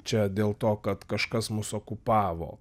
čia dėl to kad kažkas mus okupavo